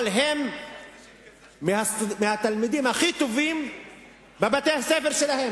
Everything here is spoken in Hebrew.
אבל הם מהתלמידים הכי טובים בבתי-הספר שלהם.